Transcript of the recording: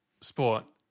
sport